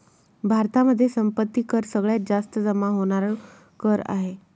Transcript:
भारतामध्ये संपत्ती कर सगळ्यात जास्त जमा होणार कर आहे